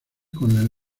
con